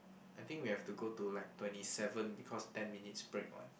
I think we have to go to like twenty seven because ten minutes break [what]